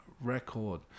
record